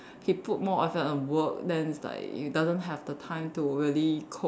he put more effort on work then it's like he doesn't have the time to really cook